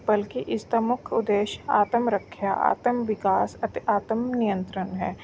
ਬਲਕਿ ਇਸ ਦਾ ਮੁੱਖ ਉਦੇਸ਼ ਆਤਮ ਰੱਖਿਆ ਆਤਮ ਵਿਕਾਸ ਅਤੇ ਆਤਮ ਨਿਯੰਤਰਣ ਹੈ